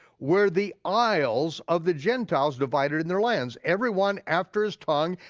were the isles of the gentiles divided in their lands. every one after his tongue,